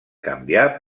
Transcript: canviar